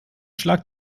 schlag